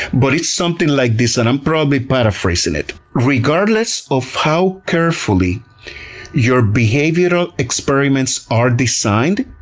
but it's something like this, and i'm probably paraphrasing it regardless of how carefully your behavioral experiments are designed,